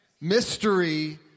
Mystery